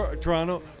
Toronto